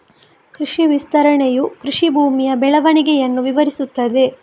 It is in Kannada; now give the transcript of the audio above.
ಕೃಷಿ ವಿಸ್ತರಣೆಯು ಕೃಷಿ ಭೂಮಿಯ ಬೆಳವಣಿಗೆಯನ್ನು ವಿವರಿಸುತ್ತದೆ